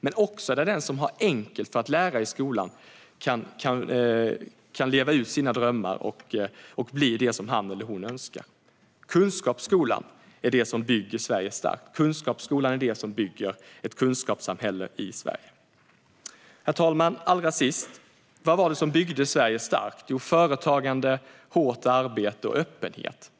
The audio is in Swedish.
Men även den som har enkelt för att lära i skolan ska få leva ut sina drömmar och bli det han eller hon önskar. Kunskapsskolan bygger Sverige starkt. Kunskapsskolan bygger ett kunskapssamhälle i Sverige. Herr talman! Vad var det som byggde Sverige starkt? Jo, företagande, hårt arbete och öppenhet.